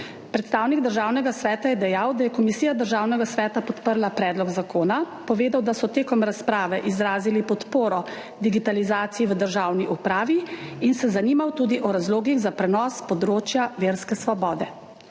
Predstavnik Državnega sveta je dejal, da je Komisija Državnega sveta podprla predlog zakona, povedal, da so med razpravo izrazili podporo digitalizaciji v državni upravi in se zanimal tudi o razlogih za prenos področja verske svobode.